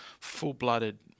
full-blooded